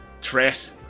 threat